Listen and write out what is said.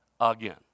again